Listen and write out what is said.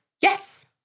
Yes